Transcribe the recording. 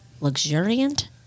luxuriant